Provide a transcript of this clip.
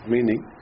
Meaning